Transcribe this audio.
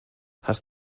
hast